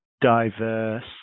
diverse